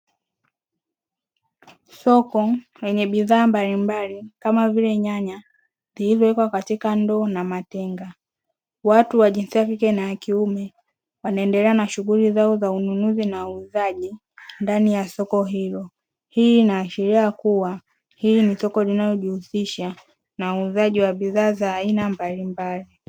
Soko lenye bidhaa mbalimbali kama vile nyanya zilizowekwa katika ndoo na matenga watu wa jinsia ya kike na kiume wanaendelea na shughuli za ununuzi na uuzaji ndani ya soko hilo, hii inahashiria kuwa hili ni soko linalojihusha na uuzaji wa bidhaa za aina mbalimbali.